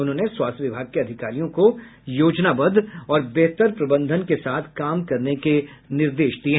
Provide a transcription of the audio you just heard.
उन्होंने स्वास्थ्य विभाग के अधिकारियों को योजनाबद्ध और बेहतर प्रबंधन के साथ काम करने के निर्देश दिये